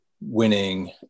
winning